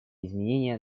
изменения